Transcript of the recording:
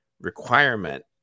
requirement